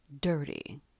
dirty